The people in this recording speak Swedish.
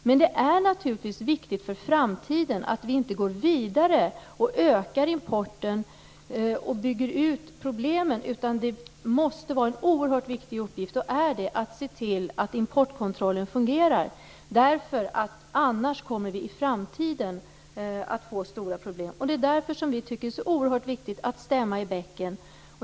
Men det är naturligtvis för framtiden viktigt att vi med en ökad import inte får en utbyggnad av problemen, utan det är och måste vara en oerhört viktig uppgift att se till att importkontrollen fungerar. Annars kommer vi i framtiden att få stora problem. Det är därför som vi tycker att det är så oerhört viktigt att stämma i bäcken.